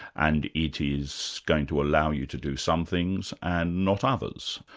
and it is going to allow you to do some things and not others.